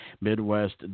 Midwest